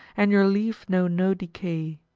and your leaf know no decay.